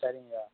சரிங்கய்யா